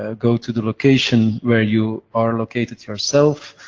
ah go to the location where you are located yourself,